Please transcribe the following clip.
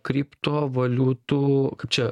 kriptovaliutų čia